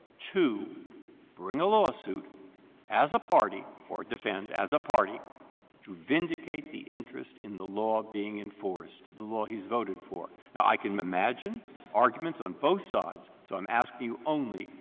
to bring a lawsuit as a party or defend as a party to vindicate the interest in the law being enforced, the law he has voted for? now i can imagine arguments on both side, so i'm asking you only,